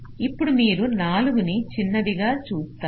ఇప్పుడు మీరు 4 ని చిన్నదిగా చూస్తారు